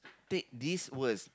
take this words